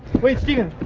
wait, stephen,